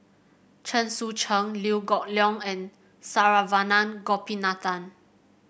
Chen Sucheng Liew Geok Leong and Saravanan Gopinathan